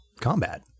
combat